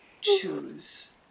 choose